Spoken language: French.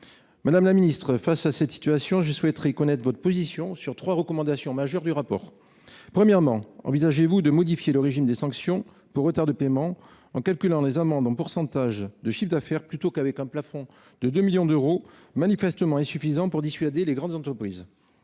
Madame la Ministre, face à cette situation, je souhaiterais connaître votre position sur trois recommandations majeures du rapport. Premièrement, envisagez-vous de modifier le régime des sanctions pour retard de paiement en calculant les amendes en pourcentage de chiffre d'affaires plutôt qu'avec un plafond de 2 millions d'euros manifestement insuffisant pour dissuader les grandes entreprises.